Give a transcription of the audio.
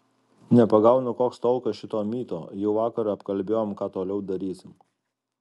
nepagaunu koks tolkas šito myto jau vakar apkalbėjom ką toliau darysim